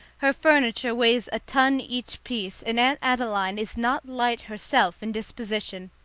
her furniture weighs a ton each piece, and aunt adeline is not light herself in disposition.